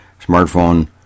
smartphone